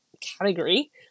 category